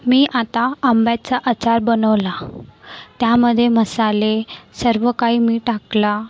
मी आता आंब्याचा आचार बनवला त्यामध्य मसाले सर्व काही मी टाकला